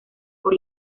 por